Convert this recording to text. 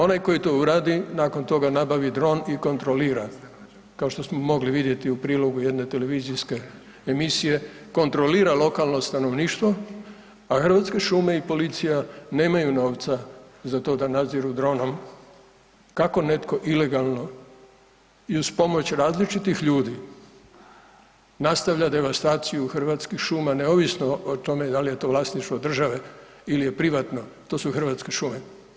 Onaj koji to uradi nakon toga nabavi dron i kontrolira, kao što smo mogli vidjeti u prilogu jedne televizijske emisije, kontrolira lokalno stanovništvo, a Hrvatske šume i policija nemaju novca za to da nadziru dronom kako netko ilegalno i uz pomoć različitih ljudi nastavlja devastaciju Hrvatskih šuma neovisno o tome da li je to vlasništvo države ili je privatno, to su Hrvatske šume.